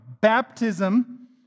baptism